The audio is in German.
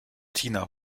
tina